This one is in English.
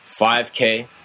5k